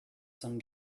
some